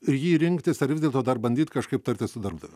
jį rinktis ar vis dėlto dar bandyt kažkaip tartis su darbdaviu